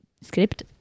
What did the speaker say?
script